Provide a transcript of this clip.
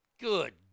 Good